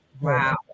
Wow